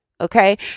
Okay